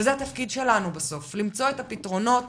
וזה התפקיד שלנו בסוף למצוא את הפתרונות